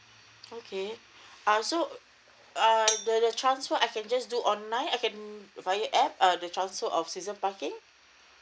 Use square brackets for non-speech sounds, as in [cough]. okay ah so err [noise] the the transfer I can just do online I can via app the transfer of season parking